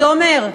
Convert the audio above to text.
תומר,